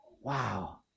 Wow